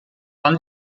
wann